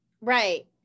Right